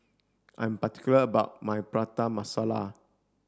I'm particular about my Prata Masala